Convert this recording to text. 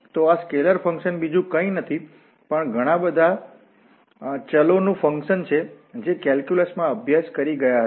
તો આ scalar function બીજું કંઈ નથી પણ ઘણા બધા ચલો નુફંકશન છે જે કેલ્ક્યુલસમાં અભ્યાસ કરી ગયા હતા